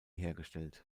hergestellt